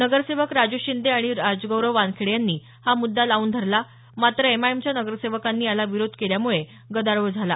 नगरसेवक राजू शिंदे आणि राजगौरव वानखेडे यांनी हा मुद्दा लावून धरला मात्र एमआयएमच्या नगरसेवकांनी याला विरोध केल्यामुळे गदारोळ झाला